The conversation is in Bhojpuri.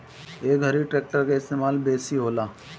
ए घरी ट्रेक्टर के इस्तेमाल बेसी होला